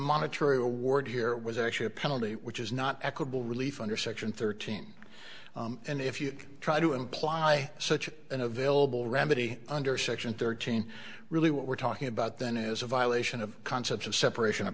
monetary award here was actually a penalty which is not equitable relief under section thirteen and if you try to imply such an available remedy under section thirteen really what we're talking about then is a violation of concepts of separation of